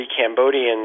Cambodians